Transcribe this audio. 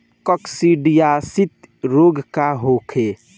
काकसिडियासित रोग का होखे?